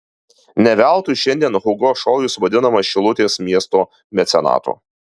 ne veltui šiandien hugo šojus vadinamas šilutės miesto mecenatu